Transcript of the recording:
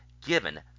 given